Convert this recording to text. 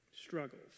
struggles